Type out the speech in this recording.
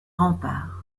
remparts